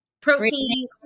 protein